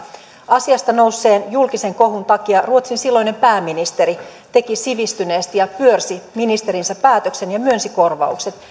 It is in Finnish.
asiasta nousseen julkisen kohun takia ruotsin silloinen pääministeri teki sivistyneesti ja pyörsi ministerinsä päätöksen ja myönsi korvaukset